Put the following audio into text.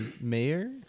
mayor